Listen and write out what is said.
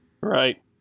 Right